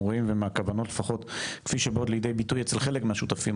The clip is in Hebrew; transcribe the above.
רואים ומהכוונות לפחות כפי שבאות לידי ביטוי אצל חלק מהשותפים